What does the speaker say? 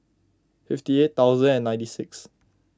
fifty eight thousand and ninety six